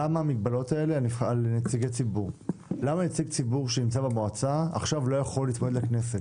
למה נציג ציבור שנמצא במועצה לא יכול עכשיו להתמודד לכנסת,